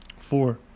Four